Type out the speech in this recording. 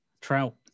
trout